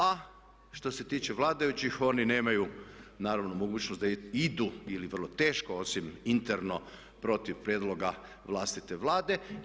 A što se tiče vladajućih oni nemaju naravno mogućnost da idu ili vrlo teško osim interno protiv prijedloga vlastite Vlade.